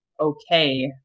okay